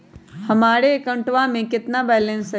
हमारे अकाउंट में कितना बैलेंस है?